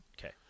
Okay